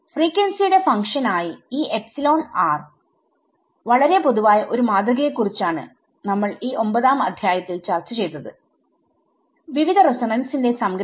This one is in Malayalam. ഫ്രീക്വൻസി യുടെ ഫങ്ക്ഷൻ ആയി ഈ എപ്സിലോൺ r ന്റെ വളരെ പൊതുവായ ഒരു മാതൃക യെ കുറിച്ചാണ് നമ്മൾ ഈ ഒമ്പതാം അദ്ധ്യായത്തിൽ ചർച്ച ചെയ്തത്വിവിധ റിസോനൻസിന്റെ സംഗ്രഹമായി